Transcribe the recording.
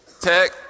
Tech